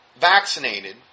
vaccinated